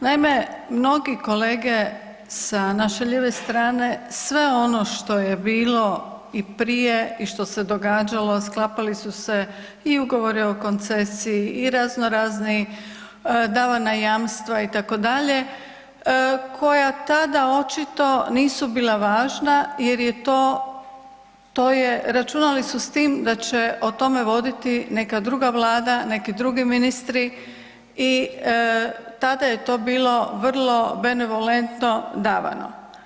Naime, mnogi kolege sa naše lijeve strane sve ono što je bilo i prije, i što se događalo, sklapali su se i ugovori o koncesiji, i razno razni, davana jamstva i tako dalje, koja tada očito nisu bila važna jer je to, to je, računali su s tim da će o tome voditi neka druga Vlada, neki drugi ministri i tada je to bilo vrlo benevolentno davano.